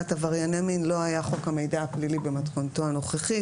עברייני מין לא היה חוק המידע הפלילי במתכונתו הנוכחית.